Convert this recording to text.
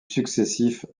successifs